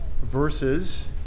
verses